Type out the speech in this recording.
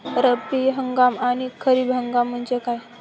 रब्बी हंगाम आणि खरीप हंगाम म्हणजे काय?